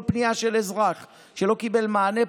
כל פנייה של אזרח שלא קיבל מענה,